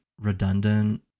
redundant